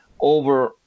over